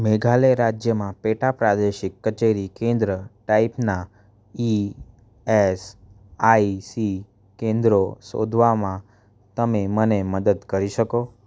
મેઘાલય રાજ્યમાં પેટા પ્રાદેશિક કચેરી કેન્દ્ર ટાઈપનાં ઇ એસ આઇ સી કેન્દ્રો શોધવામાં તમે મને મદદ કરી શકો